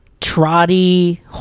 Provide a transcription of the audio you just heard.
trotty